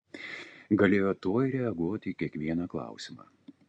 galėjo tuoj reaguoti į kiekvieną klausimą